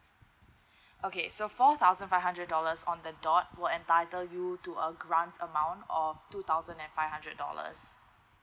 okay so four thousand five hundred dollars on the dot will entitle you to a grant amount of two thousand and five hundred dollars